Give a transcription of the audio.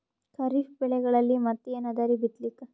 ಖರೀಫ್ ಬೆಳೆಗಳಲ್ಲಿ ಮತ್ ಏನ್ ಅದರೀ ಬಿತ್ತಲಿಕ್?